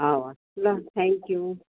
हवस् ल थ्याङ्कयु